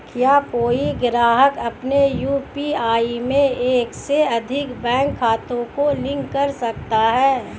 क्या कोई ग्राहक अपने यू.पी.आई में एक से अधिक बैंक खातों को लिंक कर सकता है?